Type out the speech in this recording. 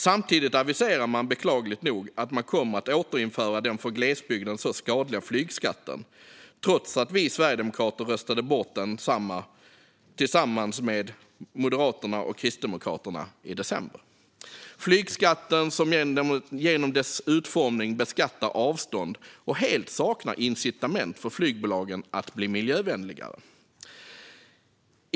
Samtidigt aviserar man beklagligt nog att man kommer att återinföra den för glesbygden så skadliga flygskatten trots att vi sverigedemokrater tillsammans med Moderaterna och Kristdemokraterna röstade bort densamma i december - flygskatten som genom sin utformning beskattar avstånd och helt saknar incitament för flygbolagen att bli miljövänligare.